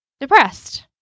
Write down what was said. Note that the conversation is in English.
Depressed